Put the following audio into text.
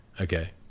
Okay